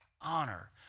honor